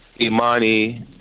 Imani